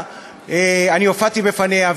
אני הופעתי בפניה,